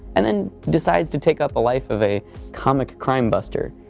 and then decides to take up the life of a comic crime buster.